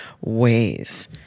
ways